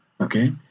okay